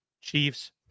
Chiefs